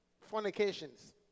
fornications